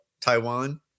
taiwan